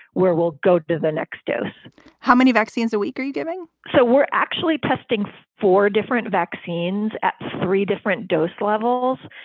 where we'll go to the next dose how many vaccines a week are you giving? so we're actually testing four different vaccines at three different dose levels.